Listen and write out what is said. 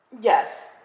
Yes